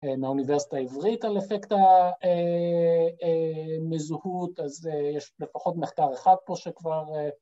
מהאוניברסיטה העברית על אפקט המזוהות, אז יש לפחות מחקר אחד פה שכבר